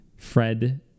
fred